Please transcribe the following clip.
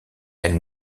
elle